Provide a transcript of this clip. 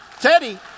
Teddy